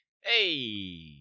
Hey